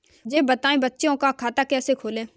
मुझे बताएँ बच्चों का खाता कैसे खोलें?